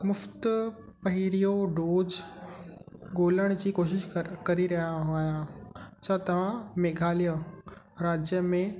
मुफ़्तु पहिरियों डोज़ ॻोल्हण जी कोशिशि करे रहियो आहियां छा तव्हां मेघालय राज्य में